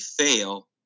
fail